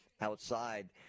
outside